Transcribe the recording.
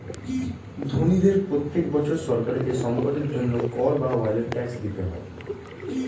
ধনীদের প্রত্যেক বছর সরকারকে সম্পদের জন্য কর বা ওয়েলথ ট্যাক্স দিতে হয়